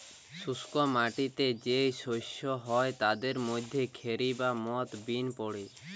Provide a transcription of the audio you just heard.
শুষ্ক মাটিতে যেই শস্য হয় তাদের মধ্যে খেরি বা মথ বিন পড়ে